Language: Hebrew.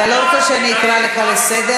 אתה לא רוצה שאני אקרא אותך סדר.